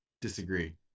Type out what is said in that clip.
disagree